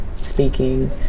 speaking